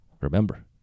remember